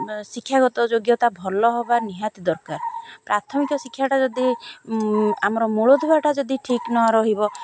ଶିକ୍ଷାଗତ ଯୋଗ୍ୟତା ଭଲ ହବା ନିହାତି ଦରକାର ପ୍ରାଥମିକ ଶିକ୍ଷାଟା ଯଦି ଆମର ମୂଳ ଦୁଆଟା ଯଦି ଠିକ୍ ନ ରହିବ